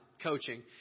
coaching